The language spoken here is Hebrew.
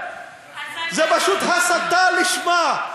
זו פשוט הסתה לשמה.